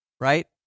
Right